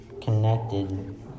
connected